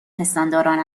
پستانداران